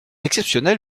exceptionnel